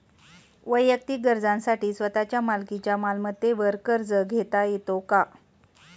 वैयक्तिक गरजांसाठी स्वतःच्या मालकीच्या मालमत्तेवर कर्ज घेता येतो का?